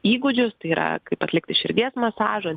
įgūdžius tai yra kaip atlikti širdies masažą